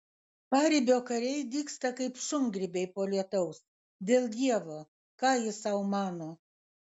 paribio kariai dygsta kaip šungrybiai po lietaus dėl dievo ką jis sau mano